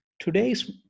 Today's